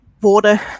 water